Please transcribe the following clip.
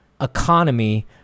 economy